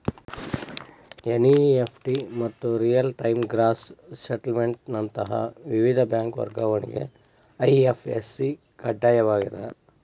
NEFT ಮತ್ತ real time gross settlement ನಂತ ವಿವಿಧ ಬ್ಯಾಂಕ್ ವರ್ಗಾವಣೆಗೆ ಐ.ಎಫ್.ಎಸ್.ಸಿ ಕಡ್ಡಾಯವಾಗ್ಯದ